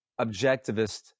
objectivist